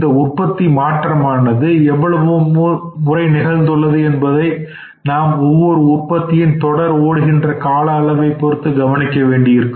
இந்த உற்பத்தி மாற்றமானது எவ்வளவு முறை நிகழ்ந்துள்ளது என்பது நாம் ஒவ்வொரு உற்பத்தியின் தொடர் ஓடுகின்ற கால அளவைப் பொறுத்து கணிக்க வேண்டி இருக்கும்